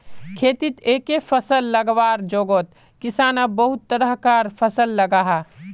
खेतित एके फसल लगवार जोगोत किसान अब बहुत तरह कार फसल लगाहा